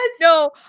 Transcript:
No